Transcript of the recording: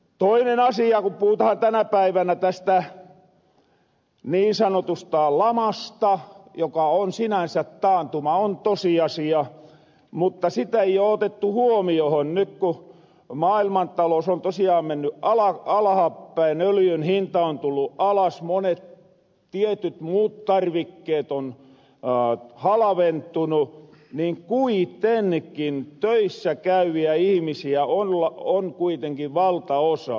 toinen asia kun puhutahan tänä päivänä tästä niin sanotusta lamasta joka on sinänsä taantuma on tosiasia mutta sitä ei oo otettu huomiohon nyt ku maailmantalous on tosiaan menny alhaappäin öljynhinta on tullu alas monet tietyt muut tarvikkeet on halaventunu niin kuitenkin töissä käyviä ihmisiä on valtaosa